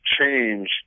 change